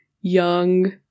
young